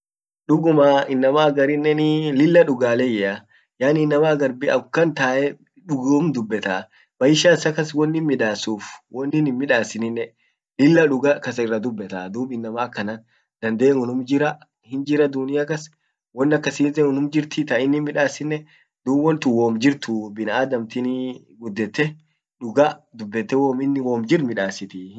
duguma inama agarinneni lilla dugaleyyea yaani inama agar akkukam tae duggum dubbeta, maisha issa kas wonnin midasuf wonin himmidassininne lilla duga kasa irra dubbetaa, dub inama akanan dande unnum jira hinjra dunia kas won akasinte unum jirti tainnin midassinnen dub wontun wom jirtu ,binaadamtinii gudette duga dubbete womin inni wom jirt midassitii jirti.